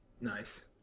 Nice